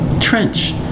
trench